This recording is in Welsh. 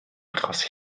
achos